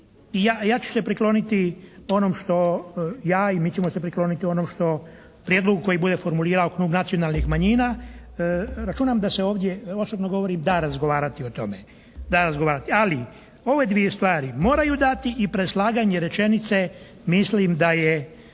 Ja ću se prikloniti onom što ja, i mi ćemo se prikloniti onom što …/Govornik se ne razumije./… koji bude formulirao klub nacionalnih manjina, računam da se ovdje osobno govori da razgovarati o tome, da razgovarati. Ali ove dvije stvari moraju dati i preslaganje rečenice mislim da je